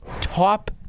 Top